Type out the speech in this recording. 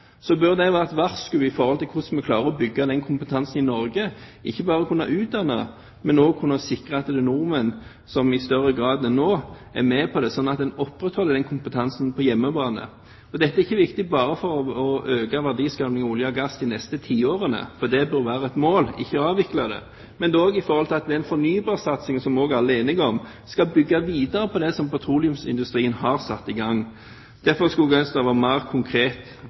det være et varsku om hvordan vi klarer å bygge denne kompetansen i Norge – vi må ikke bare utdanne, men også sikre at nordmenn i større grad enn nå er med på det, slik at en opprettholder kompetansen på hjemmebane. Det er ikke viktig bare for å øke verdiskapingen i olje og gass de neste ti årene, for det bør være et mål ikke å avvikle den, men også i forhold til den fornybarsatsingen som alle er enige om skal bygge videre på det som petroleumsindustrien har satt i gang, skulle jeg ønske at det var en mer konkret